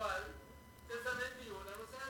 אבל תזמן דיון על הנושא הזה.